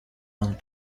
long